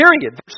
period